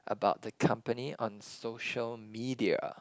about the company on social media